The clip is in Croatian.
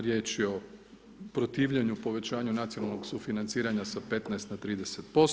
Riječ je o protivljenju povećanja nacionalnog sufinanciranja sa 15 na 30%